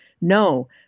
no